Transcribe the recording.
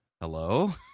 Hello